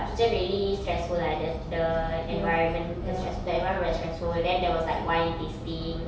kitchen really stressful lah the the environment the stres~ the environment very stressful and then there was like wine tasting